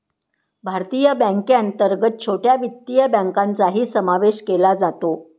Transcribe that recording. भारतीय बँकेअंतर्गत छोट्या वित्तीय बँकांचाही समावेश केला जातो